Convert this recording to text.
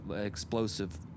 explosive